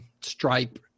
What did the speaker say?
Stripe